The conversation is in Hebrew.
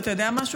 אתה יודע משהו,